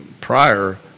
prior